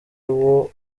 uwo